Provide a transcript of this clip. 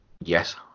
Yes